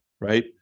right